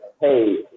hey